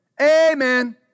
Amen